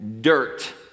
Dirt